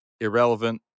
irrelevant